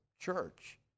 church